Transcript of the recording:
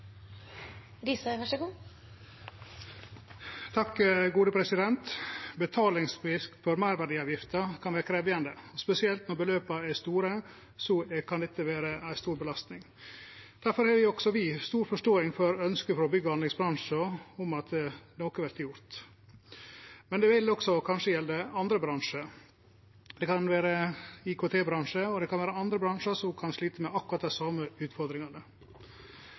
for meirverdiavgifta kan vere krevjande. Spesielt når beløpa er store, kan dette vere ei stor belastning. Difor har også vi stor forståing for ønsket frå bygg- og anleggsbransjen om at noko vert gjort. Men det vil kanskje også gjelde andre bransjar. Det kan vere IKT-bransjen, og det kan vere andre bransjar som kan slite med akkurat dei same utfordringane.